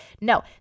No